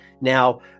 Now